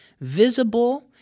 visible